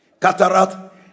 Cataract